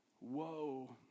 whoa